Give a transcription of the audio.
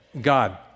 God